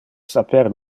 saper